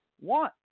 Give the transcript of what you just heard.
want